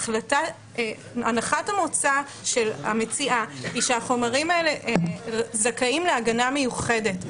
הנחת המוצא של המציאה היא שהחומרים האלה זכאים להגנה מיוחדת,